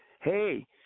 hey